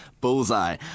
Bullseye